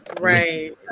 Right